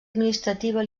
administrativa